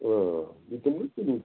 آ دیٛتتھ نا ژےٚ مےٚ